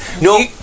No